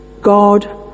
God